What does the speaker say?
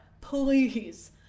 please